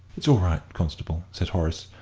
it's all right, constable, said horace,